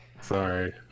Sorry